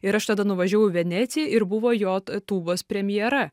ir aš tada nuvažiavau į veneciją ir buvo jo tūbos premjera